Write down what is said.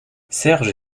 serge